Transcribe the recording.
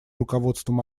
руководством